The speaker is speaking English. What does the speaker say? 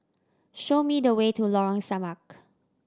show me the way to Lorong Samak